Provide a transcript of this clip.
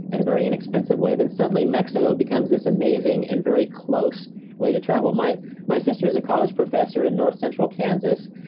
and a very inexpensive way, then suddenly mexico becomes this amazing and very close way to travel. my my sister is a college professor in north central kansas,